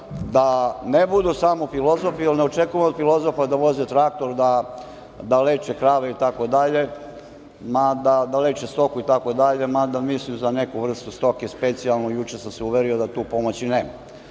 da ne budu samo filozofi, jer ne očekujemo od filozofa da voze traktor, da leče krave, stoku i tako dalje, mada mislim za neku vrstu stoke specijalno, juče sam se uverio da tu pomoći nema.2/1